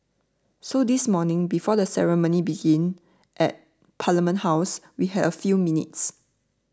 so this morning before the ceremony began at Parliament House we had a few minutes